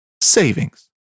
savings